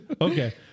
Okay